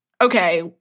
Okay